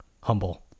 humble